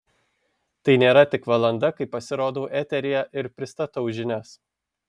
tai nėra tik valanda kai pasirodau eteryje ir pristatau žinias